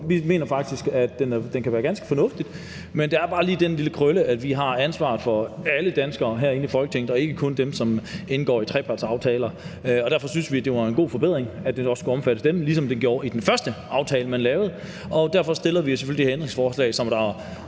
Vi mener faktisk, at den kan være ganske fornuftig, men der er bare lige den lille krølle, at vi har ansvaret for alle danskere herinde i Folketinget og ikke kun dem, som indgår i trepartsaftaler. Derfor syntes vi, det var en god forbedring, at den også skulle omfatte dem, ligesom den gjorde i den første aftale, man lavede, og derfor stiller vi selvfølgelig det her ændringsforslag, som der var